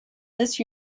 this